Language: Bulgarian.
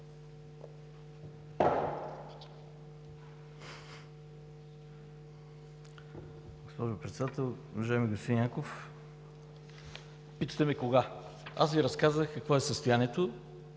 Госпожо Председател, уважаеми господин Янков! Питате ме кога? Аз Ви разказах какво е състоянието